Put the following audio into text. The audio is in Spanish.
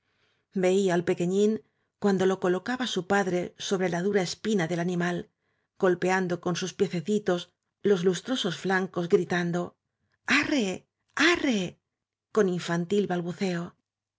veía al pequeñín cuando lo colocaba su padre sobre la dura espina del animal golpeando con sus piececitos los lustrosos flancos gritando arre arre con infantil balbuceo